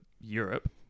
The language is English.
Europe